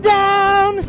down